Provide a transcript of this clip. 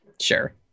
sure